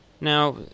Now